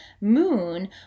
moon